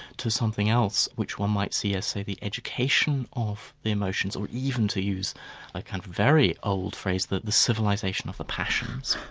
to something else which one might see as say the education of the emotions, or even to use a kind of very old phrase, the the civilisation of the passions.